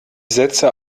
sätze